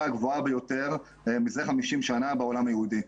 הגבוהה ביותר מזה 50 בעולם היהודי.